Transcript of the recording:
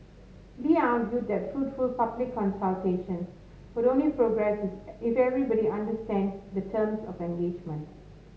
Lee argued that fruitful public consultations would only progress is if everybody understands the terms of engagement